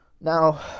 Now